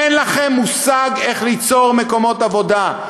אין לכם מושג איך ליצור מקומות עבודה.